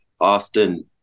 Austin